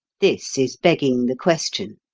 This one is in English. this is begging the question.